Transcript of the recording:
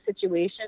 situation